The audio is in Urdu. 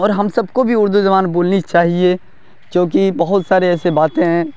اور ہم سب کو بھی اردو زبان بولنی چاہیے کیوں کہ بہت سارے ایسے باتیں ہیں